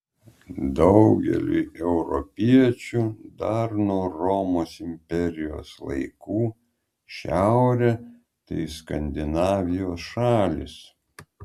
daugeliui europiečių dar nuo romos imperijos laikų šiaurė tai skandinavijos šalys